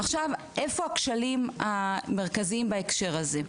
עכשיו, איפה הכשלים המרכזיים בהקשר הזה?